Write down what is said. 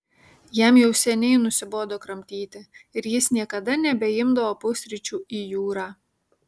jam jau seniai nusibodo kramtyti ir jis niekada nebeimdavo pusryčių į jūrą